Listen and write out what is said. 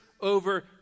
over